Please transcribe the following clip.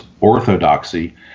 orthodoxy